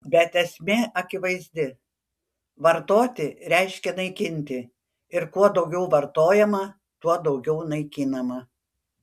bet esmė akivaizdi vartoti reiškia naikinti ir kuo daugiau vartojama tuo daugiau naikinama